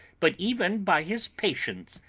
but even by his patients,